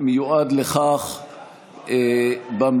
המיועד לכך במליאה.